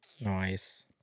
Nice